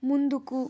ముందుకు